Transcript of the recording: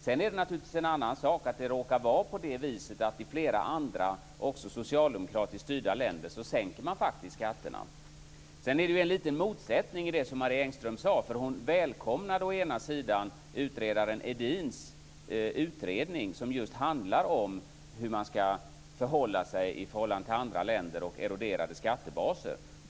Sedan är det naturligtvis en annan sak att det råkar vara på det viset att man i flera andra också socialdemokratiskt styrda länder faktiskt sänker skatterna. Det är en liten motsättning i det som Marie Engström sade. Hon välkomnade å ena sidan P-O Edins utredning som just handlar om hur man ska förhålla sig till andra länder och till eroderade skattebaser.